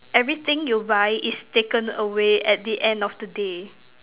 everything you buy is taken away at the end of the day